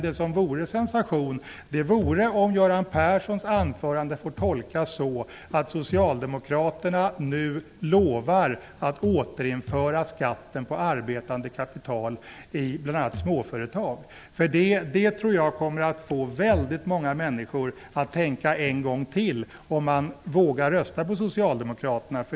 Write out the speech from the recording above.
Det som vore sensation är om Göran Perssons anförande får tolkas så, att Socialdemokraterna nu lovar att återinföra skatten på arbetande kapital i bl.a. småföretag. Det kommer att få väldigt många människor att en gång till tänka över om man vågar rösta på Socialdemokraterna.